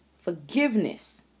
Forgiveness